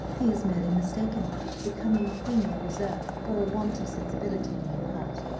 he has merely mistaken becoming female reserve for a want of sensibility on your part,